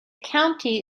county